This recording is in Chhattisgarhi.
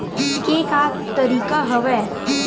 के का तरीका हवय?